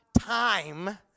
time